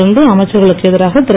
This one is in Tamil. தொடர்ந்து அமைச்சர்களுக்கு எதிராக திரு